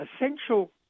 essential